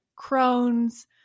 Crohn's